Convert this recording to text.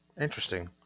interesting